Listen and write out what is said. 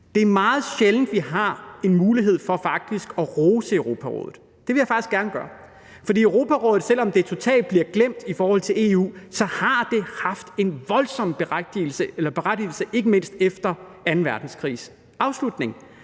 Det er meget sjældent, at vi har en mulighed for faktisk at rose Europarådet. Det vil jeg faktisk gerne gøre. Europarådet har haft, selv om det totalt bliver glemt i forhold til EU, en voldsom berettigelse, ikke mindst efter anden verdenskrigs afslutning.